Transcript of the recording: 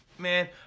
man